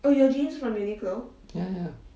ya ya ya